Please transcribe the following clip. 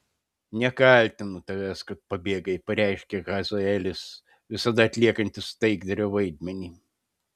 nekaltinu tavęs kad pabėgai pareiškė hazaelis visada atliekantis taikdario vaidmenį